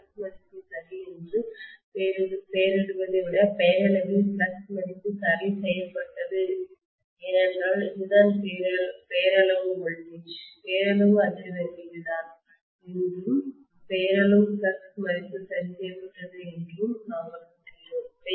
flux மதிப்பு சரி என்று பெயரிடுவதை விட பெயரளவில் ஃப்ளக்ஸ் மதிப்பு சரி செய்யப்பட்டது ஏனென்றால் இதுதான் பெயரளவு வோல்டேஜ் பெயரளவு அதிர்வெண் இதுதான் என்றும் பெயரளவு ஃப்ளக்ஸ் மதிப்பு சரி செய்யப்பட்டது என்றும் நாங்கள் கூறுகிறோம்